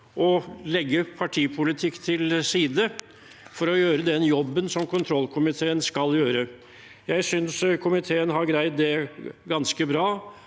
å legge partipolitikk til side for å gjøre den jobben kontrollkomiteen skal gjøre. Jeg synes komiteen har greid det ganske bra,